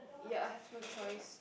ya I have no choice